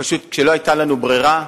פשוט כשלא היתה לנו ברירה.